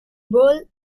bowl